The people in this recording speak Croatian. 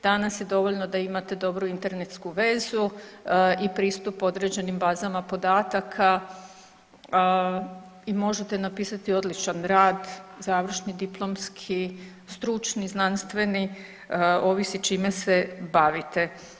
Danas je dovoljno da imate dobru internetsku vezu i pristup određenim bazama podataka i možete napisati odličan rad, završni diplomski, stručni, znanstveni ovisi čime se bavite.